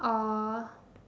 or